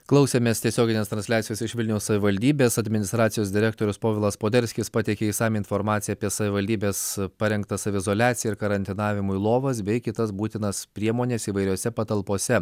klausėmės tiesioginės transliacijos iš vilniaus savivaldybės administracijos direktorius povilas poderskis pateikė išsamią informaciją apie savivaldybės parengtą saviizoliaciją ir karantinavimui lovas bei kitas būtinas priemones įvairiose patalpose